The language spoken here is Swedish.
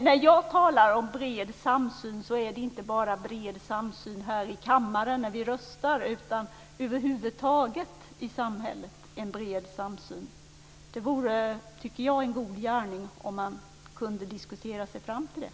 När jag talar om bred samsyn är det alltså inte bara en bred samsyn här i kammaren när vi röstar utan en bred samsyn över huvud taget i samhället. Det vore en god gärning om man kunde diskutera sig fram till det.